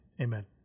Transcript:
Amen